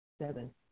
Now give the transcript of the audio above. Seven